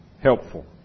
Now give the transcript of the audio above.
Helpful